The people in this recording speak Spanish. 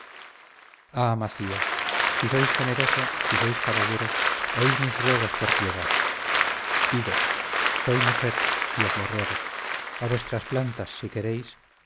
ah macías si sois generoso si sois caballero oíd mis ruegos por piedad idos soy mujer y os lo ruego a vuestras plantas si queréis